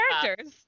characters